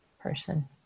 person